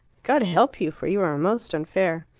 god help you, for you are most unfair.